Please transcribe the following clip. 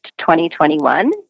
2021